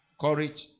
Courage